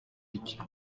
ityo